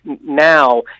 now